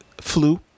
flu